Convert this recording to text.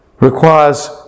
requires